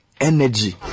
energy